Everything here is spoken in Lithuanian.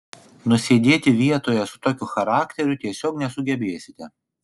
nusėdėti vietoje su tokiu charakteriu tiesiog nesugebėsite